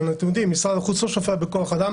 אתם יודעים שמשרד החוץ לא שופע כוח אדם,